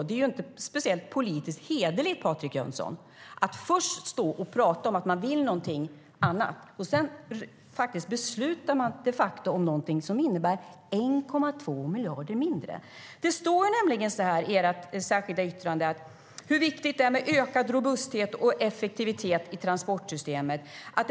Det är inte speciellt politiskt hederligt, Patrik Jönsson, att först stå och prata om att man vill någonting och sedan de facto besluta om någonting annat som innebär 1,2 miljarder mindre. Det står nämligen i ert särskilda yttrande hur viktigt det är med ökad robusthet och effektivitet i transportsystemet.